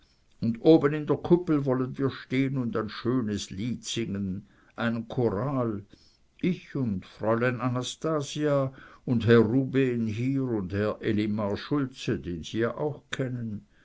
und oben in der kuppel wollen wir stehn und ein schönes lied singen einen choral ich und fräulein anastasia und herr rubehn hier und herr elimar schulze den sie ja auch kennen